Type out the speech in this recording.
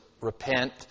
repent